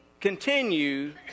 continue